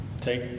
Take